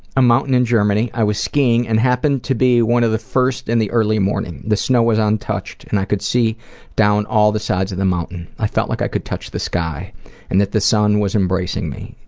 a mountain in germany, i was skiing and happened to be one of the first in and the early morning. the snow was untouched and i could see down all the sides of the mountain. i felt like i could touch the sky and that the sun was embracing me.